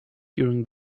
during